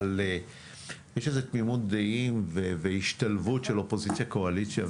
אבל יש איזה תמימות דעים והשתלבות של אופוזיציה-קואליציה,